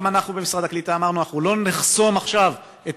גם אנחנו במשרד העלייה והקליטה אמרנו: אנחנו לא נחסום עכשיו את